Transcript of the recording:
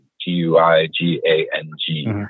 G-U-I-G-A-N-G